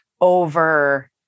over